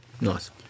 Nice